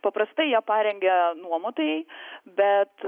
paprastai ją parengia nuomotojai bet